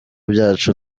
byacu